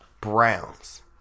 Browns